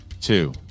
two